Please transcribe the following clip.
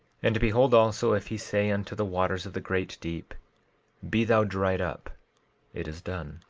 and behold, also, if he say unto the waters of the great deep be thou dried up it is done.